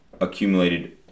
accumulated